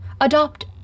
Adopt